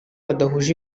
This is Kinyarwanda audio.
badahuje